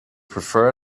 prefer